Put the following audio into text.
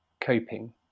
coping